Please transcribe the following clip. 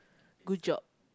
good job